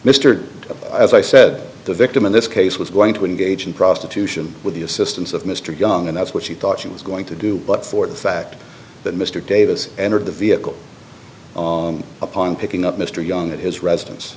mr as i said the victim in this case was going to engage in prostitution with the assistance of mr young and that's what she thought she was going to do but for the fact that mr davis entered the vehicle upon picking up mr young at his residence